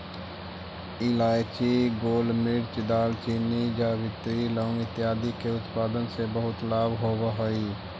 इलायची, गोलमिर्च, दालचीनी, जावित्री, लौंग इत्यादि के उत्पादन से बहुत लाभ होवअ हई